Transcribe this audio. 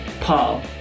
Paul